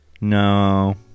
No